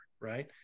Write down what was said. Right